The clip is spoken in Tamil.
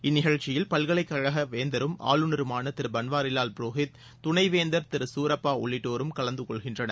இந்நிகழ்ச்சியில் பல்கலைக்கழக வேந்தரும் ஆளுநருமான திரு பன்வாரிலால் புரோஹித் துணை வேந்தர் திரு சூரப்பா உள்ளிட்டோரும் கலந்து கொள்கின்றனர்